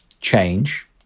change